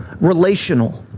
relational